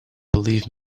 believe